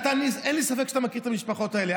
אין לי ספק שאתה מכיר את המשפחות האלה.